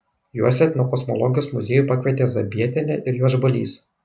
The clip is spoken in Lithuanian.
juos į etnokosmologijos muziejų pakvietė zabietienė ir juodžbalys